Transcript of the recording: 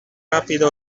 rapida